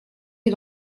est